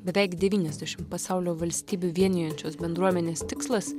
beveik devyniasdešim pasaulio valstybių vienijančios bendruomenės tikslas